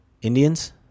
Indians